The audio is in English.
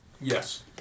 Yes